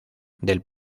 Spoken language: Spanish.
del